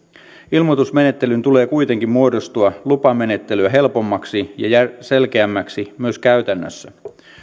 ilmoitusmenettelyn tulee kuitenkin muodostua lupamenettelyä helpommaksi ja ja selkeämmäksi myös käytännössä